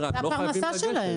זאת הפרנסה שלהם.